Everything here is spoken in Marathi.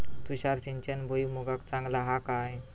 तुषार सिंचन भुईमुगाक चांगला हा काय?